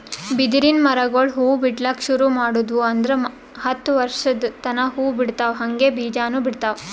ಬಿದಿರಿನ್ ಮರಗೊಳ್ ಹೂವಾ ಬಿಡ್ಲಕ್ ಶುರು ಮಾಡುದ್ವು ಅಂದ್ರ ಹತ್ತ್ ವರ್ಶದ್ ತನಾ ಹೂವಾ ಬಿಡ್ತಾವ್ ಹಂಗೆ ಬೀಜಾನೂ ಬಿಡ್ತಾವ್